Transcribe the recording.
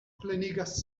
plenigas